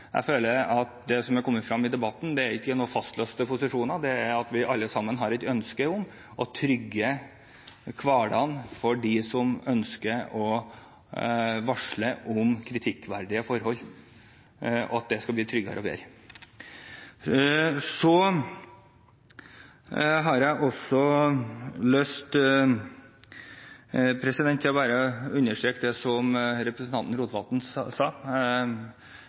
Jeg føler at det som har kommet frem i debatten, ikke er fastlåste posisjoner, men at vi alle sammen har et ønske om å trygge hverdagen for dem som ønsker å varsle om kritikkverdige forhold – og at det skal bli tryggere og bedre. Så har jeg også lyst til bare å understreke det som representanten Rotevatn sa.